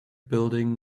building